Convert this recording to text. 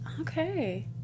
Okay